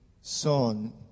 son